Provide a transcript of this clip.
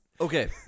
Okay